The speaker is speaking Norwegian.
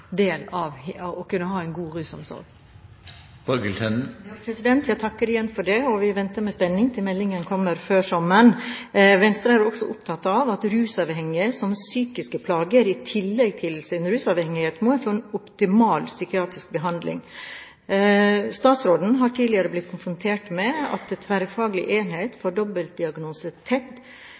del av det å kunne ha en god rusomsorg. Jeg takker igjen for svaret. Vi venter i spenning til meldingen kommer før sommeren. Venstre er også opptatt av at rusavhengige som har psykiske plager i tillegg til sin rusavhengighet, må få en optimal psykiatrisk behandling. Statsråden har tidligere blitt konfrontert med at Tverrfaglig enhet for dobbeltdiagnose,